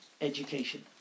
education